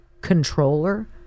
controller